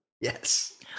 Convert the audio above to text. Yes